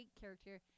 character